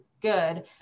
good